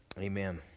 Amen